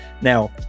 Now